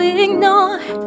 ignore